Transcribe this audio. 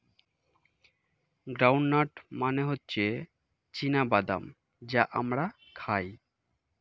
ground nut মানে হচ্ছে চীনা বাদাম যা আমরা খাই